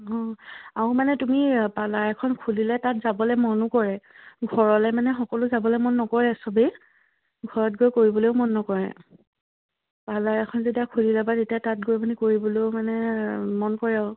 অঁ আৰু মানে তুমি পাৰ্লাৰ এখন খুলিলে তাত যাবলে মনো কৰে ঘৰলে মানে সকলো যাবলে মন নকৰে চবেই ঘৰত গৈ কৰিবলেও মন নকৰে পাৰ্লাৰ এখন যেতিয়া খুলি যাবা তেতিয়া তাত গৈ মানে কৰিবলেও মানে মন কৰে আৰু